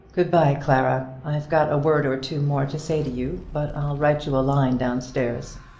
good-bye, clara. i've got a word or two more to say to you, but i'll write you a line down-stairs.